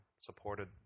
supported